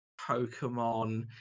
Pokemon